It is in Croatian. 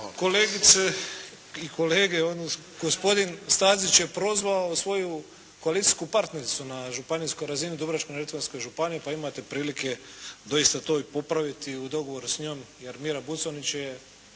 Kolegice i kolege, gospodin Stazić je prozvao svoju koalicijsku partnericu na županijskoj razini u Dubrovačko-neretvanskoj županiji pa imate prilike doista to i popraviti i u dogovoru sa njom i Armira Buconjić je